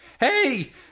hey